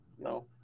No